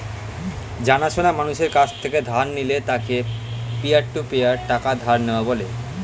জানা সোনা মানুষের কাছ থেকে ধার নিলে তাকে পিয়ার টু পিয়ার টাকা ধার দেওয়া বলে